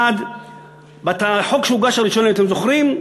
1. החוק שהוגש, הראשוני, אתם זוכרים?